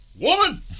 woman